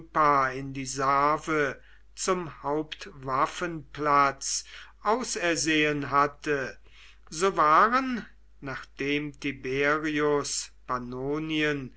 in die save zum hauptwaffenplatz ausersehen hatte so waren nachdem tiberius pannonien